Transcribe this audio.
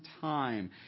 time